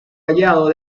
hallado